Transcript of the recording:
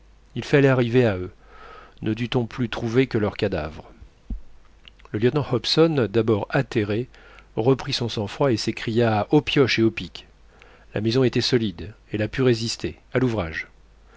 il fallait arriver à eux ne dûton plus trouver que leurs cadavres le lieutenant hobson d'abord atterré reprit son sang-froid et s'écria aux pioches et aux pics la maison était solide elle a pu résister à l'ouvrage